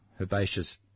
herbaceous